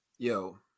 yo